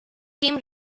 came